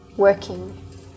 working